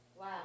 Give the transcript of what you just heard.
Wow